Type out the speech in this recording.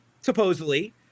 supposedly